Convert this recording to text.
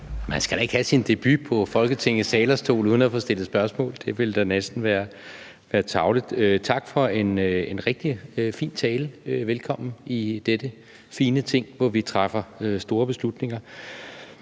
Man skal da ikke have sin debut på Folketingets talerstol uden at få stillet spørgsmål. Det ville næsten være tarveligt. Tak for en rigtig fin tale. Velkommen i dette fine Ting, hvor vi træffer store beslutninger.